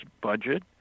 budget